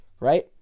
right